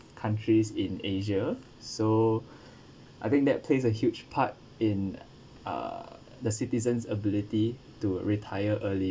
countries in asia so I think that plays a huge part in uh the citizens' ability to retire early